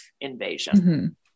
invasion